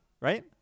right